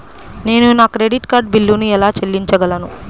నేను నా credit card బిల్లును ఎలా చెల్లించగలను?